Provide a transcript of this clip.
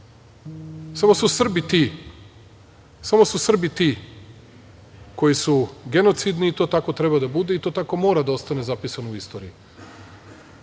to je ništa. Samo su Srbi ti koji su genocidni i to tako treba da bude i to tako mora da ostane zapisano u istoriji.